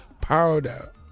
powder